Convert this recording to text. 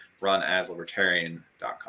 runaslibertarian.com